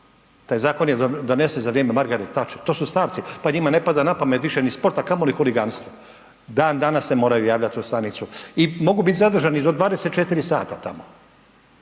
taj zakon je donesen za vrijeme Margaret Thatcher, to su starci pa njima ne pada na pamet više ni sport, a kamoli huliganstvo. Dan danas se moraju javljati u stanicu i mogu biti zadržani do 24 sata tamo.